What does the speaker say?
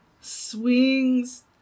swings